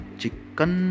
chicken